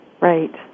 Right